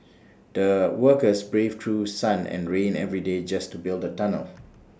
the workers braved through sun and rain every day just to build the tunnel